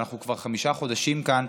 ואנחנו כבר חמישה חודשים כאן,